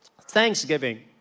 thanksgiving